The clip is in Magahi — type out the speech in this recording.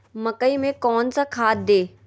मकई में कौन सा खाद दे?